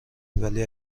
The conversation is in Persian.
ولی